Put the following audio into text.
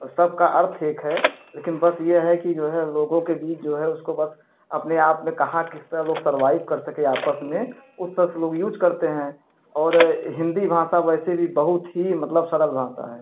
औ सब का अर्थ एक है लेकिन बस ये है कि जो है लोगों के बीच जो है उसको बस अपने आप में कहाँ किस तरह लोग सर्वाइव कर सके आपस में उस तरा से लोग यूज करते हैं और हिन्दी भाषा वैसे भी बहुत ही मतलब सरल भाषा है